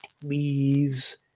Please